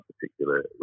particular